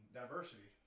diversity